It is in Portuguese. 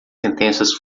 sentenças